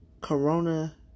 Corona